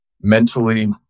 mentally